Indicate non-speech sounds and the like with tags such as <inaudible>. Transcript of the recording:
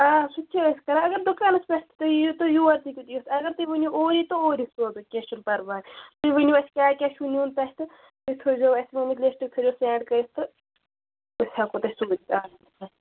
آ سُہ تہِ چھِ أسۍ کَران اگر دُکانَس پٮ۪ٹھ تُہۍ یِیو یور تہِ دِ اَگر تُہۍ ؤنِو اوٗری تہٕ اوٗرۍ سوزو کیٚنہہ چھُنہٕ پرواے تُہۍ ؤنِو اسہِ کیاہ چھُ نیُن تتہِ تُہۍ تھٲے زیو اَسہِ ؤنِتھ لِسٹ تھٲے زیو سیٚنٛڈ کٔرِتھ تہٕ أسۍ ہٮ۪کو تۄہہِ سُہ <unintelligible>